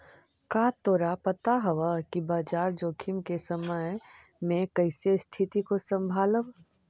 का तोरा पता हवअ कि बाजार जोखिम के समय में कइसे स्तिथि को संभालव